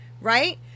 right